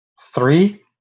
Three